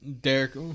Derek